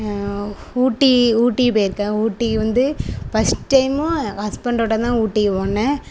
ஊட்டி ஊட்டி போயிருக்கேன் ஊட்டிக்கு வந்து ஃபர்ஸ்ட் டைம்மாக ஹஸ்பண்ட்டோடய தான் ஊட்டிக்கு போனேன்